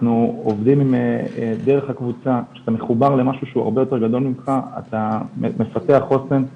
כדי שנוכל להשתמש בתשתית